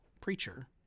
preacher